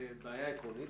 בעיה עקרונית.